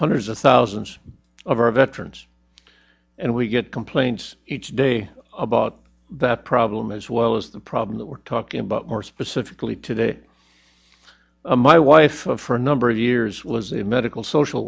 hundreds of thousands of our vet turns and we get complaints each day about that problem as well as the problem that we're talking about more specifically today my wife for a number of years was a medical social